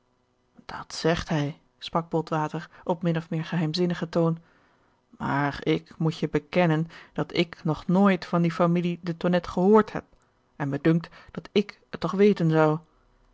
dat zegt hij sprak botwater op min of meer geheim zinnigen toon maar ik moet je bekennen dat ik nog nooit van die familie de tonnette gehoord heb en me dunkt dat ik het toch weten zou